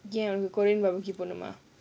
ya korean barbecue போணுமா:ponumaa